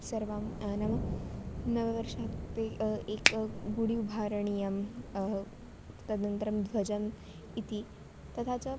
सर्वं नाम नववर्षात् ते एकं बुडि उभारणीयं तदन्तरं ध्वजम् इति तथा च